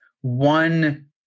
one